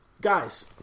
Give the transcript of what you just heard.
Guys